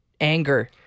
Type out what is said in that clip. anger